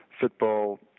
football